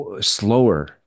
slower